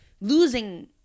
losing